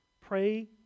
Pray